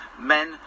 men